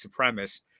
supremacist